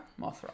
Mothra